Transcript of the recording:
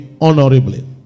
honorably